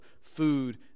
food